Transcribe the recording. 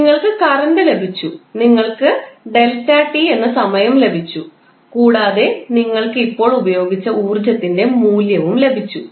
നിങ്ങൾക്ക് കറൻറ് ലഭിച്ചു നിങ്ങൾക്ക് ∆𝑡 എന്ന സമയം ലഭിച്ചു കൂടാതെ നിങ്ങൾക്ക് ഇപ്പോൾ ഉപയോഗിച്ച ഊർജ്ജത്തിൻറെ മൂല്യവും ലഭിച്ചു